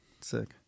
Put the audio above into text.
Sick